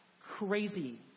crazy